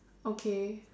okay